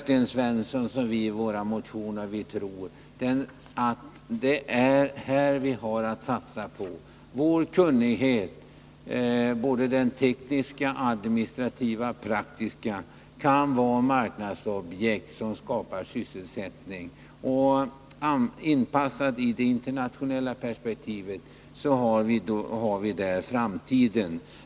Som vi har framhållit i våra motioner tror vi, Sten Svensson, att det är sådant här som vi har möjligheter att satsa på. Vår tekniska, administrativa och praktiska kunnighet kan vara ett marknadsobjekt som skapar sysselsättning. Inpassar vi detta i ett internationellt perspektiv, så har vi där framtiden.